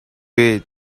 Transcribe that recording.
eat